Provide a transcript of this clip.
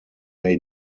may